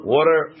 Water